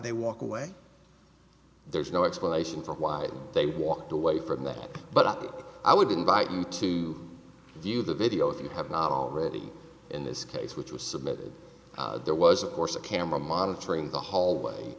they walk away there's no explanation for why they walked away from that but i would invite you to view the video if you have not already in this case which was submitted there was of course a camera monitoring the